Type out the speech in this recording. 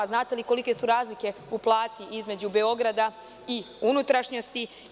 Znate li kolike su razlike u plati između Beograda i unutrašnjosti?